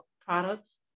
products